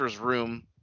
room